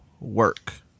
work